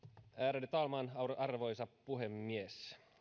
ärade talman arvoisa puhemies